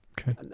Okay